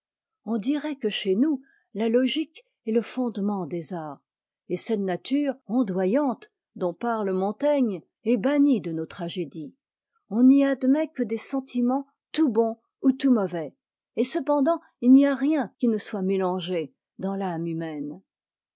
on dirait qué chez nous la logique est le fondement des arts et cette nature ondoyante dont parle montaigne est bannie de nos tragédies on n'y admet que des sentiments tout bons ou tout mauvais et cependant il n'y a rien qui ne soit mélangé dans l'âme humaine